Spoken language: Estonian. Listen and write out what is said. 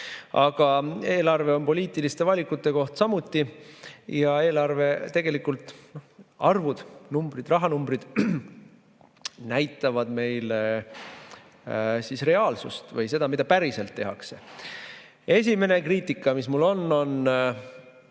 Aga eelarve on poliitiliste valikute koht samuti. Eelarve arvud, numbrid, rahanumbrid näitavad meile reaalsust või seda, mida päriselt tehakse. Esimene kriitika, mis mul on, on